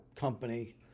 company